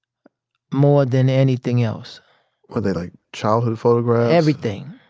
more than anything else were they like childhood photographs? everything.